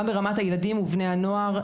גם ברמת הילדים ובני הנוער,